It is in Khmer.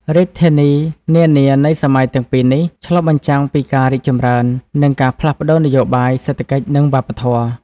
រាជធានីនានានៃសម័យទាំងពីរនេះ ឆ្លុះបញ្ចាំងពីការរីកចម្រើន និងការផ្លាស់ប្តូរនយោបាយ សេដ្ឋកិច្ច និងវប្បធម៌។